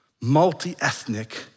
multi-ethnic